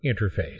interface